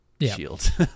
shield